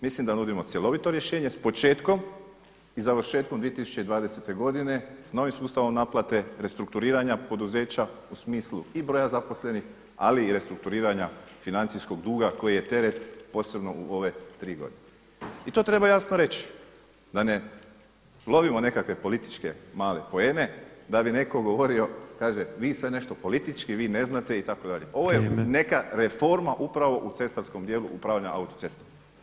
Mislim da nudimo cjelovito rješenje s početkom i završetkom 2020. godine s novim sustavom naplate restrukturiranja poduzeća u smislu i broja zaposlenih, ali i restrukturiranja financijskog duga koji je teret posebno u ove tri godine i to treba jasno reći da ne lovimo nekakve političke male poene da bi netko govorio kaže vi sve nešto politički, vi ne znate itd [[Upadica predsjednik: Vrijeme.]] Ovo je neka reforma upravo u cestarskom dijelu upravljanja autocestama.